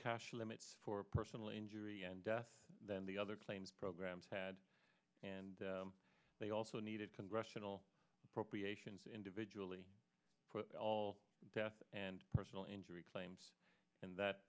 cash limits for personal injury and death than the other claims programs had and they also needed congressional appropriations individually all death and personal injury claims and that